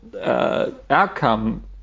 Outcome